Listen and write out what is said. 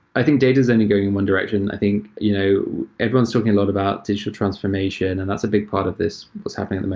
i think data is only going in one direction. i think you know everyone's talking a lot about digital transformation, and that's a big part of this, what's happening at the